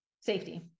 safety